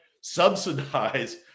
subsidize